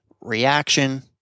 reaction